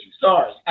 sorry